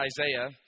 Isaiah